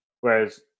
whereas